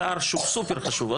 אתר שהוא סופר חשוב.